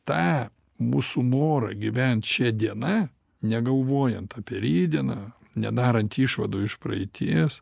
tą mūsų norą gyvent šia diena negalvojant apie rytdieną nedarant išvadų iš praeities